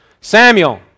Samuel